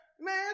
man